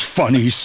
funny